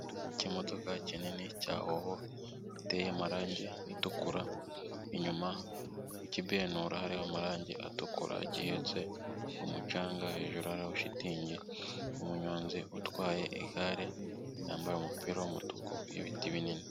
Ikimodoka kinini cya Howo giteye amarangi atukura, inyuma ku kibenura hariho amarangi atukura, gihetse umucanga hejuru hariho shitingi, umunyonzi utwaye igare yambaye umupira w'umutuku ibiti binini.